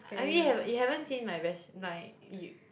I mean you have you haven't seen my best my